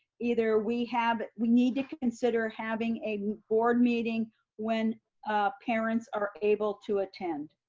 either we have, we need to consider having a board meeting when parents are able to attend.